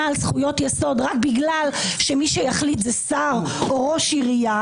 על זכויות יסוד רק בגלל שמי שיחליט זה שר או ראש עירייה.